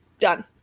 done